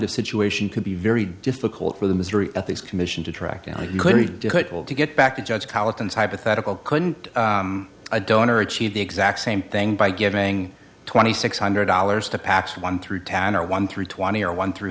of situation could be very difficult for the missouri ethics commission to track now you clearly do to get back to judge collins hypothetical couldn't a donor achieve the exact same thing by giving twenty six hundred dollars to pacs one through town or one through twenty or one through